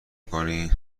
کنی